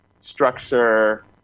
structure